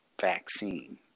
vaccine